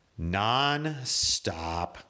nonstop